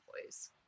employees